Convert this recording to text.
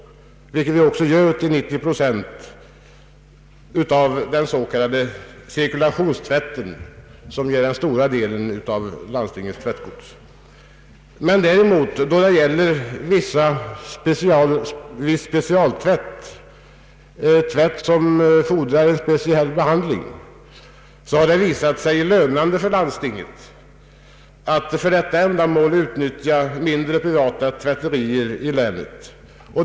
Det gör vi också med 90 procent av den s.k. cirkulationstvätten, som utgör den stora delen av landstingets tvättgods. När det däremot gäller viss specialtvätt som fordrar en speciell behandling, har det visat sig lönande för landstinget att utnyttja mindre, privata tvätterier i länet.